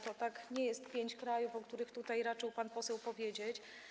To nie jest pięć krajów, o których tutaj raczył pan poseł powiedzieć.